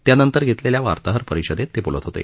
त्यांनतर घेतलेल्या वार्ताहर परिषदेत ते बोलत होते